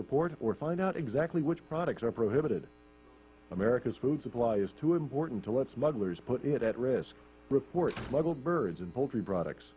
report or find out exactly which products are prohibited america's food supply is too important to let smugglers put it at risk reports little birds and p